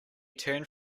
turned